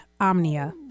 Omnia